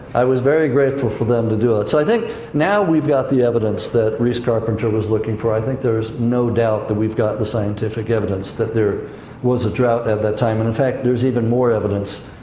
i was very grateful for them to do it. so, i think now we've got the evidence that rhys carpenter was looking for. i think there's no doubt that we've got the scientific evidence that there was a drought at that time. and in fact, there's even more evidence,